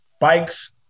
bikes